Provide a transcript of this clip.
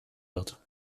wird